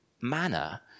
manner